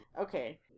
Okay